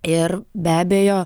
ir be abejo